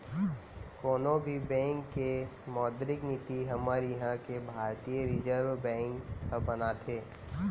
कोनो भी बेंक के मौद्रिक नीति हमर इहाँ के भारतीय रिर्जव बेंक ह बनाथे